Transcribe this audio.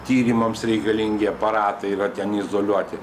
tyrimams reikalingi aparatai yra ten izoliuoti